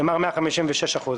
נאמר "156%".